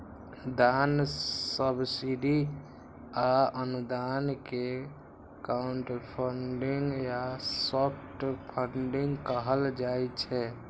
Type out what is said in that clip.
दान, सब्सिडी आ अनुदान कें क्राउडफंडिंग या सॉफ्ट फंडिग कहल जाइ छै